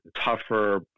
tougher